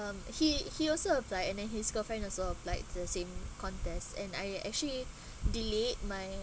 um he he also applied and then his girlfriend also applied the same contest and I actually delayed my